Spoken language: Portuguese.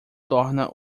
torna